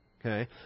Okay